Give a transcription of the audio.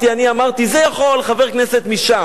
אני אמרתי זה יכול חבר כנסת משם,